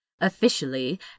Officially